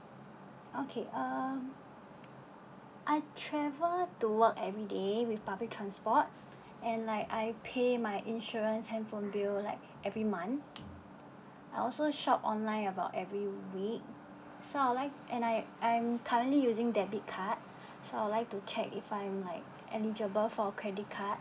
okay uh I travel to work everyday with public transport and like I pay my insurance handphone bill like every month I also shop online about every week so I'd like and I I'm currently using debit card so I'd like to check if I'm like eligible for credit card